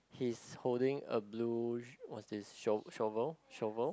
he's holding a blue what's this shovel shovel shovel